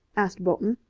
asked bolton.